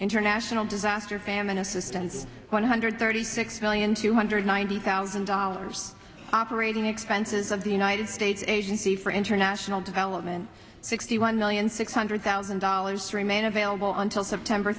international disaster famine assistance of one hundred thirty six million two hundred ninety thousand dollars operating expenses of the united states agency for international development sixty one million six hundred thousand dollars remain available until september